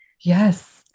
Yes